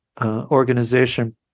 organization